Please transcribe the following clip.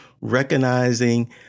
recognizing